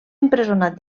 empresonat